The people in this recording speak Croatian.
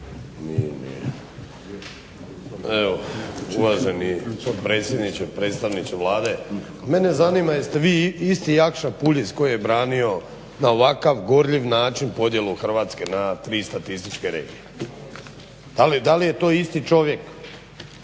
Uvaženi potpredsjedniče, predstavniče Vlade, mene zanima jeste vi isti Jakša Puljiz koji je branio na ovakav gorljiv način podjelu Hrvatske na tri statističke regije. Da li je to isti čovjek?